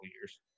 years